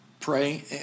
Pray